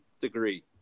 degree